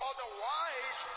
Otherwise